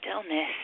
stillness